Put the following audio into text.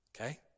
okay